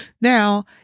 Now